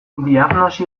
diagnosi